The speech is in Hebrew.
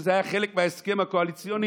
שזה היה חלק מההסכם הקואליציוני,